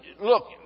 look